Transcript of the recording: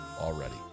already